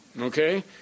Okay